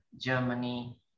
Germany